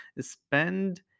Spend